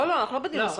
לא, אנחנו לא בדיון סרק.